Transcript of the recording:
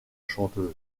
chanteuse